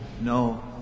No